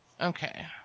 Okay